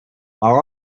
our